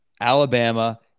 Alabama